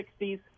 60s